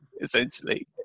essentially